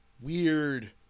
weird